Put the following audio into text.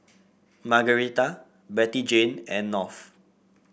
Margarita Bettyjane and North